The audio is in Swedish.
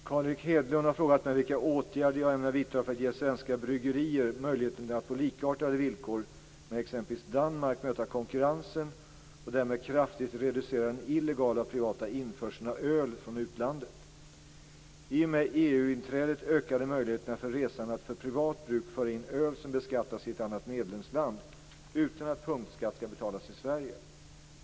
Fru talman! Carl Erik Hedlund har frågat mig vilka åtgärder jag ämnar vidta för att ge svenska bryggerier möjligheten att på likartade villkor med t.ex. Danmark möta konkurrensen och därmed kraftigt reducera den illegala och privata införseln av öl från utlandet. I och med EU-inträdet ökade möjligheterna för resande att för privat bruk föra in öl som beskattats i ett annat medlemsland utan att punktskatt skall betalas i Sverige.